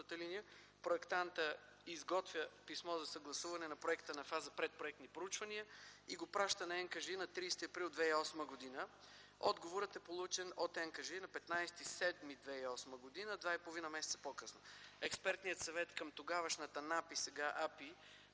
Проектантът изготвя писмо за съгласуване на проекта на фаза предпроектни проучвания и го праща на НКЖИ на 30 април 2008 г. Отговорът е получен от НКЖИ на 15 юли 2008 г. – два месеца и половина по-късно. Експертният съвет към тогавашната НАПИ, сега АПИ,